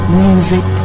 music